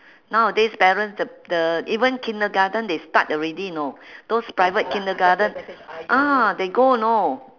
nowadays parents the the even kindergarten they start already know those private kindergarten ah they go know